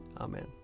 Amen